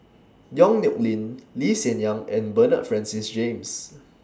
Yong Nyuk Lin Lee Hsien Yang and Bernard Francis James